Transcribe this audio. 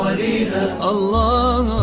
Allah